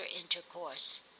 intercourse